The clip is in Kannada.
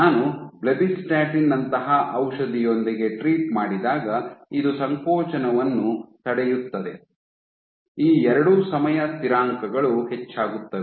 ನಾನು ಬ್ಲೆಬಿಸ್ಟಾಟಿನ್ ಬ್ಲೆಬ್ ನಂತಹ ಔಷಧಿಯೊಂದಿಗೆ ಟ್ರೀಟ್ ಮಾಡಿದಾಗ ಇದು ಸಂಕೋಚನವನ್ನು ತಡೆಯುತ್ತದೆ ಈ ಎರಡೂ ಸಮಯ ಸ್ಥಿರಾಂಕಗಳು ಹೆಚ್ಚಾಗುತ್ತವೆ